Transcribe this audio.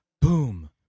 boom